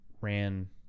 ran